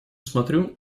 смотрю